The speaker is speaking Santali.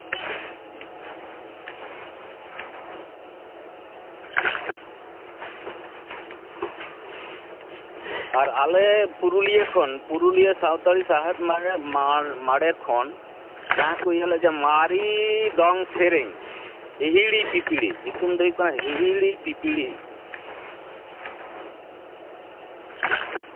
ᱟᱨ ᱟᱞᱮ ᱯᱩᱨᱩᱞᱤᱭᱟᱹ ᱠᱷᱚᱱ ᱯᱩᱨᱩᱞᱤᱭᱟᱹ ᱥᱟᱱᱛᱟᱲᱤ ᱥᱟᱶᱦᱮᱫ ᱢᱟᱰᱮᱹᱨ ᱠᱷᱚᱱ ᱡᱟᱦᱟᱸ ᱠᱚ ᱤᱭᱟᱹ ᱞᱮᱫ ᱡᱮ ᱢᱟᱨᱮ ᱫᱚᱝ ᱥᱮᱨᱮᱧ ᱦᱤᱦᱤᱲᱤ ᱯᱤᱯᱤᱲᱤ ᱧᱩᱛᱩᱢ ᱫᱚ ᱦᱩᱭᱩᱜ ᱠᱟᱱᱟ ᱦᱤᱦᱤᱲᱤ ᱯᱤᱯᱤᱲᱤ